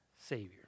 Savior